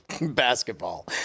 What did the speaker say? basketball